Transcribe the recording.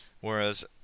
Whereas